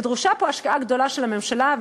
ודרושה פה השקעה גדולה של הממשלה.